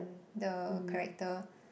the character